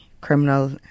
criminal